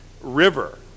river